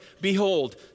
Behold